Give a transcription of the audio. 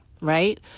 right